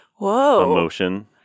emotion